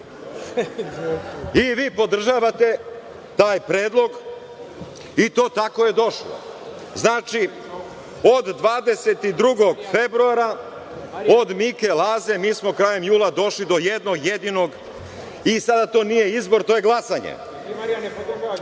i vi podržavate taj predlog i to tako je došlo. Znači, od 22. februara od Mike i Laze, mi smo krajem jula došli do jednog jedinog i to sada nije izbor, to je glasanje. Molim